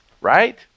right